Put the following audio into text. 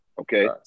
Okay